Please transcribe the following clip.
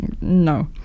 No